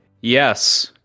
yes